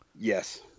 Yes